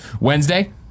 Wednesday